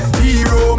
hero